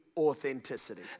authenticity